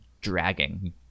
dragging